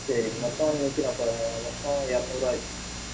சரி மொத்தம் நூற்றி நாற்பது மொத்தம் இரநூறுவா ஆயிடுச்சுமா